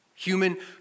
Human